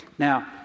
Now